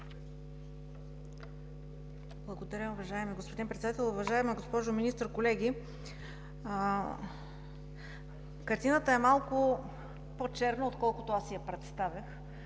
Благодаря, уважаеми господин Председател. Уважаема госпожо Министър, колеги! Картината е малко по-черна, отколкото аз си я представях.